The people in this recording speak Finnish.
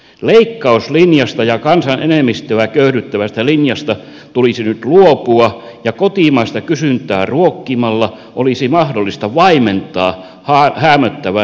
leikkauslinjasta ja kansan enemmistöä köyhdyttävästä linjasta tulisi nyt luopua ja kotimaista kysyntää ruokkimalla olisi mahdollista vaimentaa häämöttävän laman vaikutusta